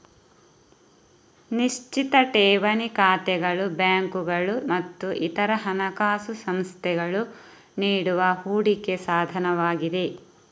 ನಿಶ್ಚಿತ ಠೇವಣಿ ಖಾತೆಗಳು ಬ್ಯಾಂಕುಗಳು ಮತ್ತು ಇತರ ಹಣಕಾಸು ಸಂಸ್ಥೆಗಳು ನೀಡುವ ಹೂಡಿಕೆ ಸಾಧನವಾಗಿದೆ